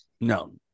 No